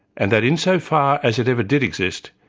and that insofar as it ever did exist,